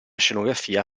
scenografia